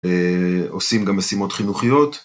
עושים גם משימות חינוכיות.